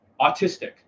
autistic